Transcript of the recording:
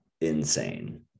insane